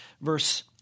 verse